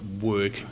work